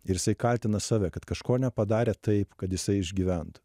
ir jisai kaltina save kad kažko nepadarė taip kad jisai išgyventų